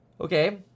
Okay